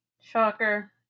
Shocker